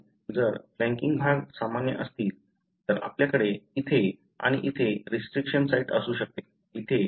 म्हणून जर फ्लॅंकिंग भाग सामान्य असतील तर आपल्याकडे इथे आणि इथे रिस्ट्रिक्शन साइट असू शकते